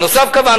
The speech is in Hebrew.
נוסף על